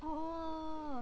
oh